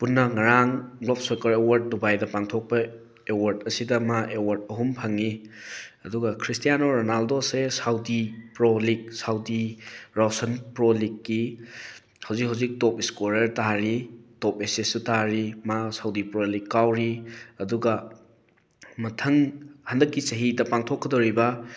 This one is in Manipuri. ꯄꯨꯟꯅ ꯉꯔꯥꯡ ꯒ꯭ꯂꯣꯕ ꯁꯣꯀꯔ ꯑꯦꯋꯥꯔꯗ ꯗꯨꯕꯥꯏꯗ ꯄꯥꯡꯊꯣꯛꯄ ꯑꯦꯋꯥꯔꯗ ꯑꯁꯤꯗ ꯃꯥ ꯑꯦꯋꯥꯔꯗ ꯑꯍꯨꯝ ꯐꯪꯉꯤ ꯑꯗꯨꯒ ꯈ꯭ꯔꯤꯁꯇꯤꯌꯥꯅꯣ ꯔꯣꯅꯥꯜꯗꯣꯁꯦ Saudi Pro League Saudi Roshn Pro ꯂꯤꯒꯀꯤ ꯍꯧꯖꯤꯛ ꯍꯧꯖꯤꯛ ꯇꯣꯞ ꯏꯁꯀꯣꯔꯔ ꯇꯥꯔꯤ ꯇꯣꯞ ꯑꯦꯁꯤꯁꯁꯨ ꯇꯥꯔꯤ ꯃꯥ ꯁꯥꯎꯗꯤ ꯄ꯭ꯔꯣ ꯂꯤꯒ ꯀꯥꯎꯔꯤ ꯑꯗꯨꯒ ꯃꯊꯪ ꯍꯟꯗꯛꯀꯤ ꯆꯍꯤꯗ ꯄꯥꯡꯊꯣꯛꯀꯗꯧꯔꯤꯕ